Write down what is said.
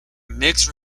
mixed